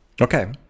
Okay